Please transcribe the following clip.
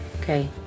Okay